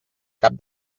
cap